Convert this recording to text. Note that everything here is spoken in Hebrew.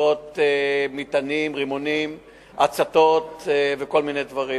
זריקות מטענים, רימונים, הצתות וכל מיני דברים.